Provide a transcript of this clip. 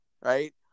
right